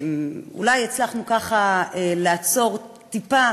אולי הצלחנו, ככה, לעצור טיפה